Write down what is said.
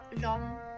long